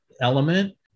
element